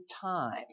time